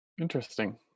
Interesting